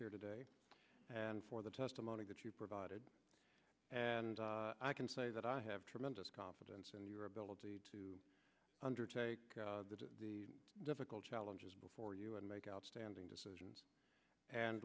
here today and for the testimony that you provided and i can say that i have tremendous confidence in your ability to undertake the difficult challenges before you and make outstanding decisions and